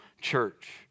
church